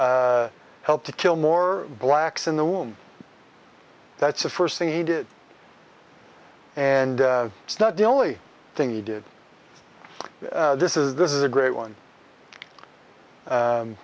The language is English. help to kill more blacks in the womb that's the first thing he did and it's not the only thing he did this is this is a great one